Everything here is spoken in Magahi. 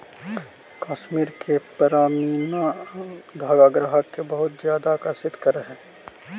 कश्मीर के पशमीना धागा ग्राहक के बहुत ज्यादा आकर्षित करऽ हइ